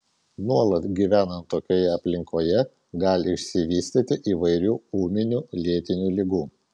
nuolat gyvenant tokioje aplinkoje gali išsivystyti įvairių ūminių lėtinių ligų